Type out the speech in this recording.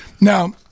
Now